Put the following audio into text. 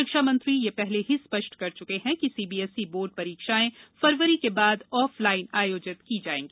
शिक्षामंत्री यह पहले ही स्पष्ट कर चुके हैं कि सीबीएसई बोर्ड परीक्षायें फरवरी के बाद ऑफ लाइन आयोजित की जायेगी